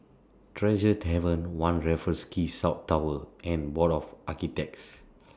Tresor Tavern one Raffles Quay South Tower and Board of Architects